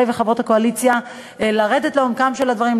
וחברות הקואליציה לרדת לעומקם של הדברים,